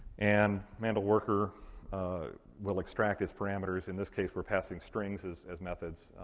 and mandel worker will extract its parameters. in this case, we're passing strings as as methods.